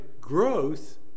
growth